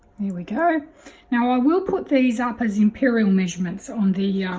here we go now i will put these up as imperial measurements on the yeah